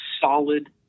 solid